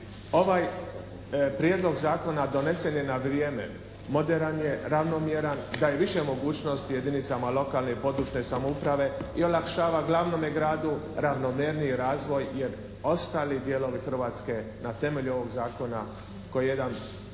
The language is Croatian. Ovaj prijedlog zakona donesen je na vrijeme, moderan je, ravnomjeran, daje više mogućnosti jedinicama lokalne i područne samouprave i olakšava glavnome gradu ravnomjerniji razvoj jer ostali dijelovi Hrvatske na temelju ovog zakona koji je jedan